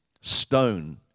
stone